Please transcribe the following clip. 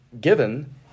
given